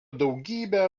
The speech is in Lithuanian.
daugybę